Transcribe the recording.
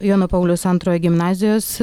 jono pauliaus antrojo gimnazijos